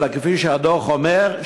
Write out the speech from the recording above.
אלא כפי שהדוח אומר,